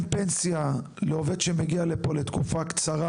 פנסיה לעובד שמגיע לפה לתקופה קצרה.